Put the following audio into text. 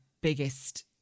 biggest